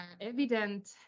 Evident